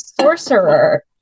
sorcerer